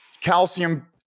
calcium